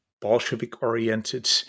Bolshevik-oriented